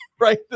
right